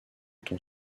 ton